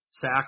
sack